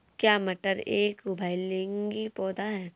क्या मटर एक उभयलिंगी पौधा है?